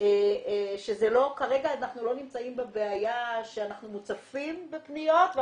שכרגע אנחנו לא נמצאים בבעיה שאנחנו מוצפים בפניות,